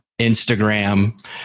Instagram